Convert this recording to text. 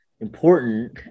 important